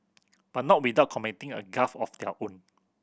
but not without committing a gaffe of their own